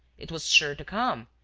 it was sure to come,